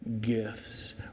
gifts